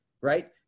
Right